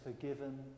forgiven